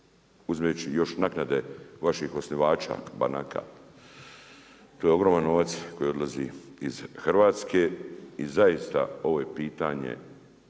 uzimajući još naknade vaših osnivača, banaka, to je ogroman novac koji odlazi iz Hrvatske i zaista ovo je pitanje